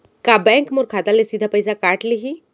का बैंक मोर खाता ले सीधा पइसा काट लिही?